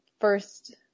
first